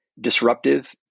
disruptive